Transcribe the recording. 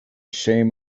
shame